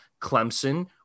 Clemson